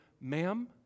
ma'am